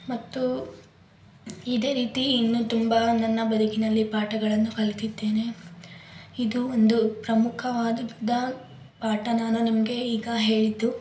ಮತ್ತು ಇದೇ ರೀತಿ ಇನ್ನೂ ತುಂಬ ನನ್ನ ಬದುಕಿನಲ್ಲಿ ಪಾಠಗಳನ್ನು ಕಲಿತಿದ್ದೇನೆ ಇದು ಒಂದು ಪ್ರಮುಖವಾದುದ್ದ ಪಾಠ ನಾನು ನಿಮಗೆ ಈಗ ಹೇಳಿದ್ದು